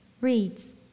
reads